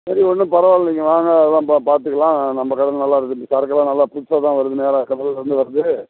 சரி ஒன்றும் பரவாயில்லிங்க வாங்க அதெல்லாம் பா பார்த்துக்கலாம் நம்ம கடையில் நல்லாயிருக்குது சரக்கெல்லாம் நல்லா புதுசாக தான் வருது நேராக கடல்லேருந்து வருது